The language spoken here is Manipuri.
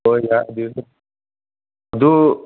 ꯍꯣꯏ ꯌꯥꯏ ꯑꯗꯨꯗꯤ ꯑꯗꯨ